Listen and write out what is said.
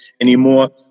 anymore